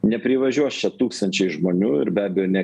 neprivažiuos čia tūkstančiai žmonių ir be abejo ne